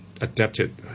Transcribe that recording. adapted